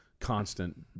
constant